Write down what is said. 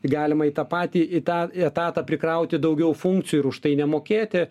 galima į tą patį į tą etatą prikrauti daugiau funkcijų ir už tai nemokėti